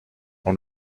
dans